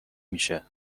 میشه